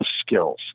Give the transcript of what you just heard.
skills